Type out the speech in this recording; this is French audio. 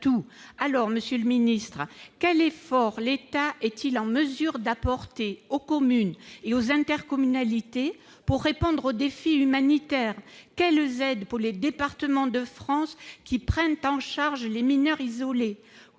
tout. Monsieur le ministre, quel soutien l'État est-il en mesure d'apporter aux communes et aux intercommunalités pour répondre au défi humanitaire ? Quelles aides pour les départements de France qui prennent en charge les mineurs isolés ?